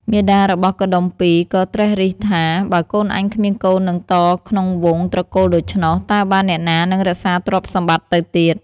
មាតារបស់កុដុម្ពីក៍ ក៏ត្រិះរិះថា "បើកូនអញគ្មានកូននឹងតក្នុងវង្ស ត្រកូលដូច្នោះ តើបានអ្នកណានឹងរក្សាទ្រព្យសម្បត្តិទៅទៀត”។